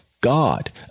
God